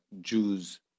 Jews